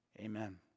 Amen